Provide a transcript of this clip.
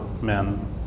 men